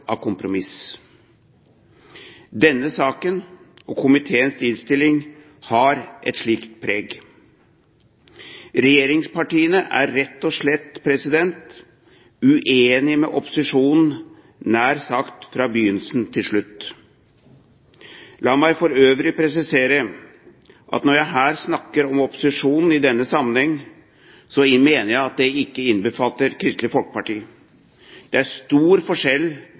av kompromiss. Denne saken og komiteens innstilling har et slikt preg. Regjeringspartiene er rett og slett uenig med opposisjonen nær sagt fra begynnelse til slutt. La meg for øvrig presisere at når jeg i denne sammenheng snakker om opposisjonen, innbefatter ikke det Kristelig Folkeparti. Det er stor forskjell